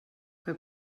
que